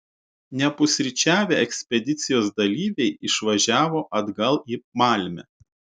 nepusryčiavę ekspedicijos dalyviai išvažiavo atgal į malmę